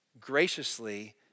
graciously